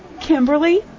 Kimberly